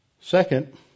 Second